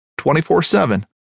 24-7